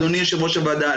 אדוני יושב-ראש הוועדה,